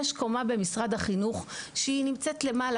יש קומה במשרד החינוך שנמצאת למעלה,